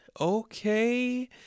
okay